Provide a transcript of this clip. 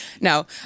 no